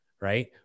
right